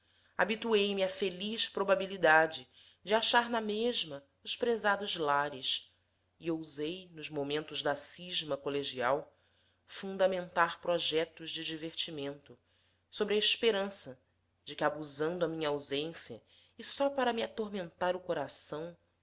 habituei me à feliz probabilidade de achar na mesma os prezados lares e ousei nos momentos da cisma colegial fundamentar projetos de divertimento sobre a esperança de que abusando a minha ausência e só para me atormentar o coração